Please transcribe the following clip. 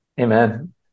Amen